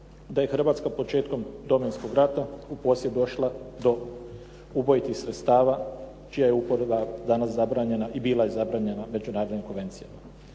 da je Hrvatska početkom Domovinskog rata u posjed došla ubojitih sredstava čija je uporaba danas zabranjena i bila je zabranjena međunarodnim konvencijama.